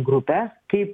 grupes kaip